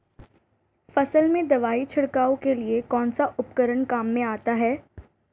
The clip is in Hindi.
फसल में दवाई छिड़काव के लिए कौनसा उपकरण काम में आता है?